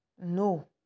No